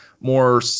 more